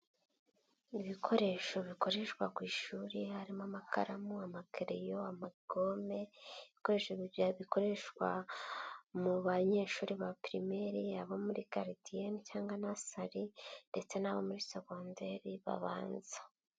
Ibikoresho bikoreshwa ku ishuri harimo amakaramu, amakariyo, amagome, ibikoresho bikoreshwa mu banyeshuri ba pirimeri, abo muri garidiyene cyangwa nasari ndetse n'abo muri segonderi babanza.